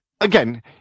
again